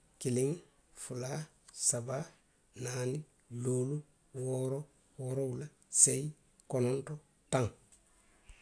Kiliŋ, fula, saba, naani. luulu, wooro, woorowula, seyi, kononto, taŋ